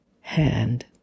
hand